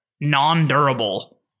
non-durable